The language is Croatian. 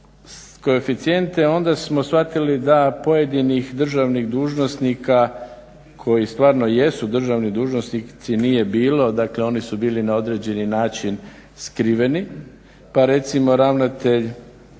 koeficijent onda smo shvatili da pojedinih državnih dužnosnika koji stvarno jesu državni dužnosnici nije bilo, dakle oni su bili na određeni način skriveni. Pa recimo ravnatelj